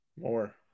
more